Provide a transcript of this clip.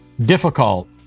difficult